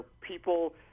people